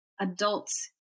adults